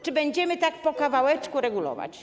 Czy będziemy tak po kawałeczku regulować?